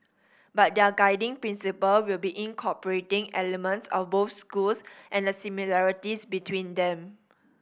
but their guiding principle will be incorporating elements of both schools and the similarities between them